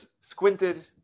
squinted